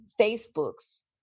Facebook's